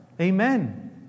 Amen